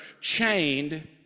chained